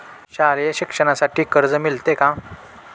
शालेय शिक्षणासाठी कर्ज मिळते का?